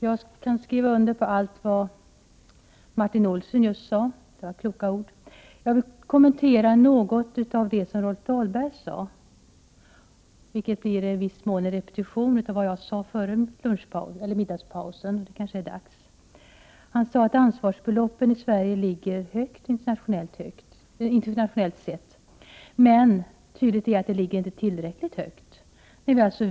Herr talman! Allt det som Martin Olsson nyss sade kan jag skriva under på. Det var kloka ord. Däremot vill jag något kommentera det som Rolf Dahlberg sade. I viss mån blir det en repetition av vad jag nämnde före middagsuppehållet. Men en repetition kan vara på sin plats. Rolf Dahlberg sade nämligen att ansvarsbeloppen i Sverige ligger högt internationellt sett. Men tydligen ligger de inte tillräckligt högt.